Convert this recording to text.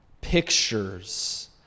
pictures